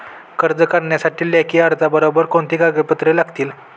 कर्ज करण्यासाठी लेखी अर्जाबरोबर कोणती कागदपत्रे लागतील?